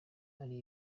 ari